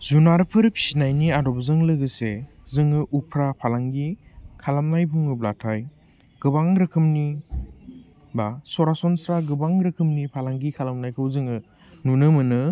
जुनारफोर फिसिनायनि आदबजों लोगोसे जोङो उफ्रा फालांगि खालामनाय बुङोब्लाथाय गोबां रोखोमनि बा सरासनस्रा गोबां रोखोमनि फालांगि खालामनायखौ जोङो नुनो मोनो